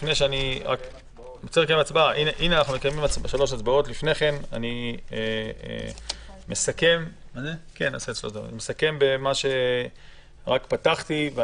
לפני ההצבעה, אני מסכם במה שפתחתי בו.